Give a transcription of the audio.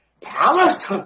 palace